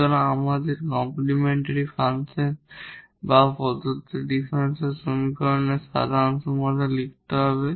সুতরাং আমাদের complementary function বা প্রদত্ত ডিফারেনশিয়াল সমীকরণের সাধারণ সমাধান লিখতে হবে